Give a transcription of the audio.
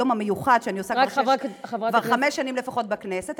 היום המיוחד שאני עושה כבר חמש שנים לפחות בכנסת,